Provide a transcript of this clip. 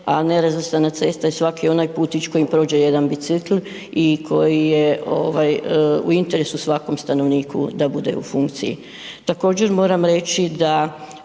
a nerazvrstana cesta je svaki onaj putić kojim prođe jedan bicikl i koji je ovaj u interesu svakom stanovniku da bude u funkciji. Također moram reći da